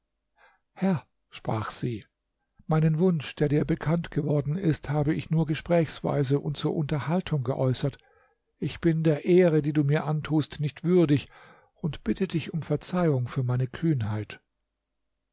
herr sprach sie meinen wunsch der dir bekannt worden ist habe ich nur gesprächsweise und zur unterhaltung geäußert ich bin der ehre die du mir antust nicht würdig und bitte dich um verzeihung für meine kühnheit